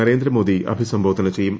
നരേന്ദ്രമോദി അഭിസംബോധന ചെയ്യും